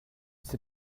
sais